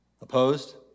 Opposed